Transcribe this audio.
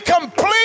complete